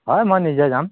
হয় মই নিজে যাম